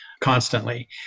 constantly